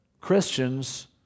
christians